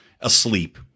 asleep